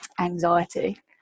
anxiety